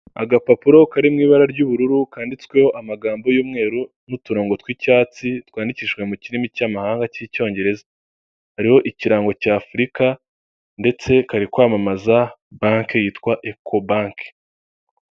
Agapapuro kari mu ibara ry'ubururu kandiditsweho amagambo y'umweru n'uturongo tw'icyatsi twandikishijwe mu kirimi cy'amahanga k'icyongereza, hariho ikirango cya Afrika ndetse kari kwamamaza banki yitwa eko banki.